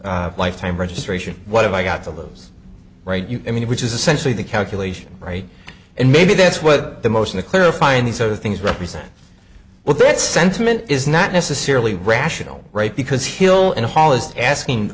this lifetime registration what if i got the lives right i mean which is essentially the calculation right and maybe that's what the motion to clarify and he said the things represent what that sentiment is not necessarily rational right because hill and hall is asking